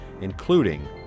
including